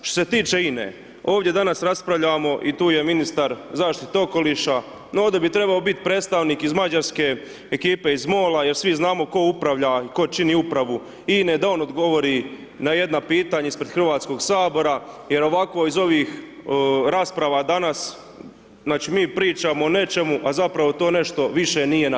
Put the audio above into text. Što se tiče INA-e, ovdje danas raspravljamo i tu je ministar zaštite okoliša, no ovdje bi trebao biti predstavnik iz mađarske ekipe iz MOL-a, jer svi znamo 'ko upravlja, tko čini Upravu INA-e, da on odgovori na jedna pitanja ispred Hrvatskog sabora, jer ovakvo iz ovih rasprava danas, znači mi pričamo o nečemu, a zapravo to nešto više nije naše.